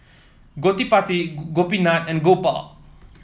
Gottipati Gopinath and Gopal